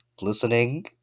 listening